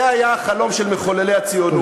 זה היה החלום של מחוללי הציונות,